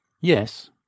Yes